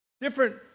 different